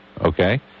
okay